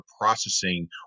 processing